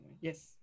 yes